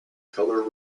color